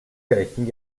gleichen